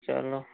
चलो